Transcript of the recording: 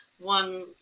one